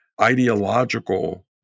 ideological